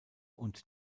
und